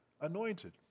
anointed